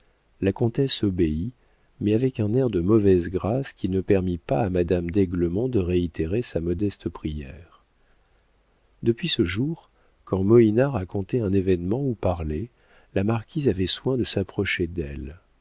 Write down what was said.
la comtesse obéit mais avec un air de mauvaise grâce qui ne permit pas à madame d'aiglemont de réitérer sa modeste prière depuis ce jour quand moïna racontait un événement ou parlait la marquise avait soin de s'approcher d'elle